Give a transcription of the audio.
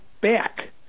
back